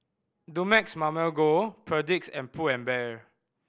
Dumex Mamil Gold Perdix and Pull and Bear